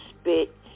spit